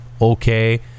okay